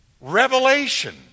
revelation